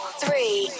three